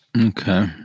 okay